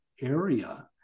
area